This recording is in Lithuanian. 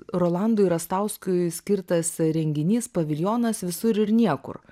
rolandui rastauskui skirtas renginys paviljonas visur ir niekur